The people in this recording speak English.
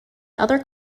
other